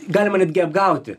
galima netgi apgauti